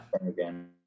Again